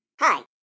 Hi